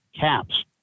caps